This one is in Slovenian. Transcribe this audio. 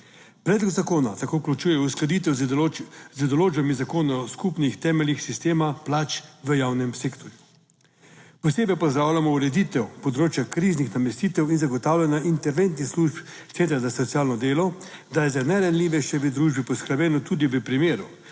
Predlog zakona tako vključuje uskladitev z določbami zakona o skupnih temeljih sistema plač v javnem sektorju. Posebej pozdravljamo ureditev področja kriznih namestitev in zagotavljanja interventnih služb centra za socialno delo, da je za najranljivejše v družbi poskrbljeno tudi v primeru